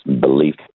belief